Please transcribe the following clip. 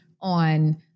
on